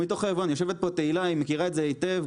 יושבת פה תהילה ומכירה את זה היטב,